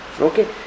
Okay